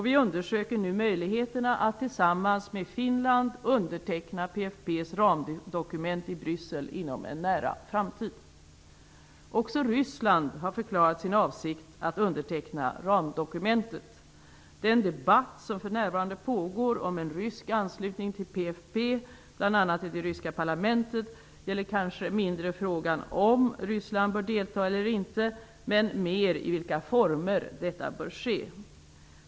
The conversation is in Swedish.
Vi undersöker nu möjligheterna att inom en nära framtid tillsammans med Finland underteckna PFF:s ramdokument i Också Ryssland har förklarat sin avsikt att underteckna ramdokumentet. För närvarande pågår bl.a. i det ryska parlamentet en debatt om en rysk anslutning till PFF, kanske i mindre omfattning frågan om Ryssland bör delta eller inte men mer i vilka former detta bör ske.